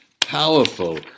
Powerful